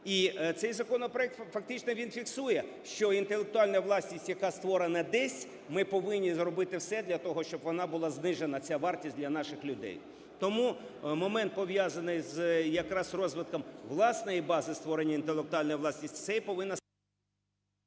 І цей законопроект фактично фіксує, що інтелектуальна власність, яка створена десь, ми повинні зробити все для того, щоб вона була знижена ця вартість для наших людей. Тому момент, пов'язаний якраз із розвитком власної бази створення інтелектуальної власності, це і повинна..